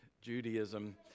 Judaism